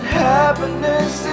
happiness